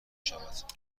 شود